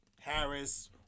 Harris